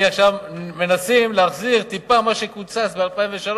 מנסים להחזיר טיפה ממה שקוצץ ב-2003,